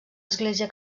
església